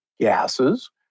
gases